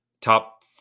top